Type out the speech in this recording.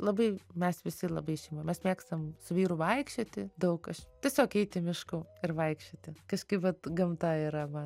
labai mes visi labai šeima mes mėgstam su vyru vaikščioti daug aš tiesiog eiti mišku ir vaikščioti kažkaip vat gamta yra man